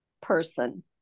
person